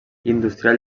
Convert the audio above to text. industrial